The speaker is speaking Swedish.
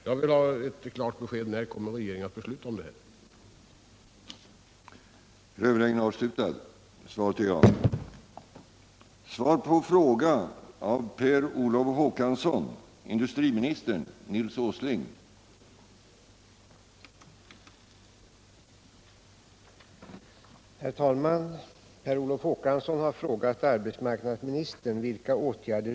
Jag vill ha ett klart besked: När kommer regeringen att fatta beslut i ärendet?